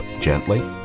gently